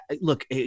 look